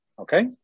Okay